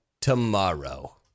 tomorrow